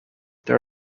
there